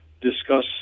discuss